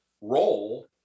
role